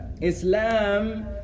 Islam